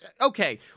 Okay